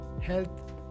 health